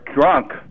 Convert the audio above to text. drunk